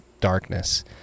darkness